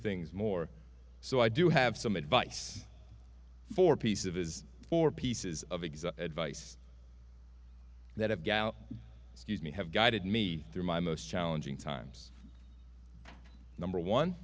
things more so i do have some advice for peace of his for pieces of exam advice that have gal excuse me have guided me through my most challenging times number one